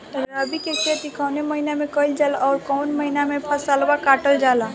रबी की खेती कौने महिने में कइल जाला अउर कौन् महीना में फसलवा कटल जाला?